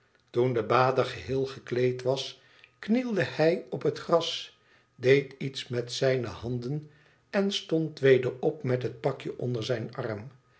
toen de bader geheel gekleed was knielde hij op het gras deed iets met zijne handen en stond weder op met het pakje onder zijn arm